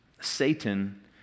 Satan